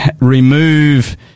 remove